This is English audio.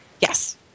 Yes